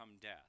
death